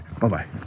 bye-bye